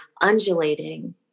undulating